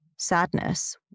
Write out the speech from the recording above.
Sadness